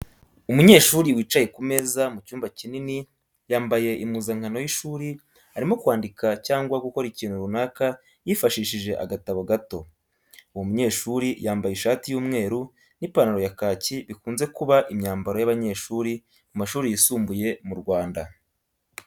Umunyeshuri wicaye ku meza mu cyumba kinini yambaye impuzankano y’ishuri arimo kwandika cyangwa gukora ikintu runaka yifashishije agatabo gato. Uwo munyeshuri yambaye ishati y’umweru n’ipantaro ya kacyi bikunze kuba imyambaro y’abanyeshuri mu mashuri yisumbuye mu Rwanda.